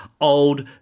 old